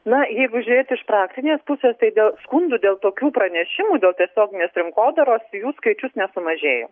na jeigu žiūrėt iš praktinės pusės tai dėl skundų dėl tokių pranešimų dėl tiesioginės rinkodaros jų skaičius nesumažėja